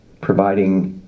providing